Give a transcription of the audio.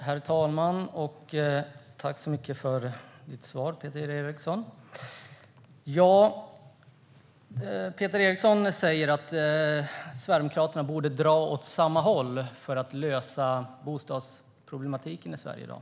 Herr talman! Tack så mycket för ditt svar, Peter Eriksson! Peter Eriksson säger att Sverigedemokraterna borde dra åt samma håll för att lösa bostadsproblematiken i Sverige i dag.